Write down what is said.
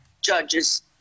judges